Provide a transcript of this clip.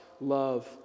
love